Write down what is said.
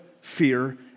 fear